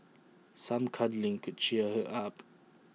some cuddling could cheer her up